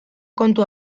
kontu